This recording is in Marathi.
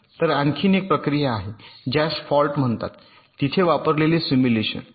तर आणखी एक प्रक्रिया आहे ज्यास फॉल्ट म्हणतात तिथे वापरलेले सिमुलेशन